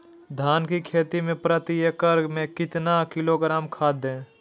धान की खेती में प्रति एकड़ में कितना किलोग्राम खाद दे?